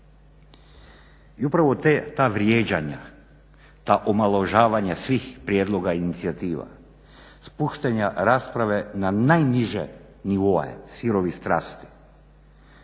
I upravo ta vrijeđanja, ta omalovažavanja svih prijedloga i inicijativa, spuštanja rasprave na najniže nivoe sirovih strasti,